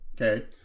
Okay